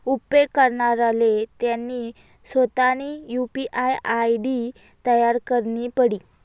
उपेग करणाराले त्यानी सोतानी यु.पी.आय आय.डी तयार करणी पडी